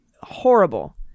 horrible